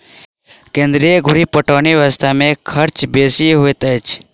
केन्द्र धुरि पटौनी व्यवस्था मे खर्च बेसी होइत अछि